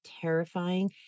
terrifying